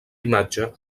imatge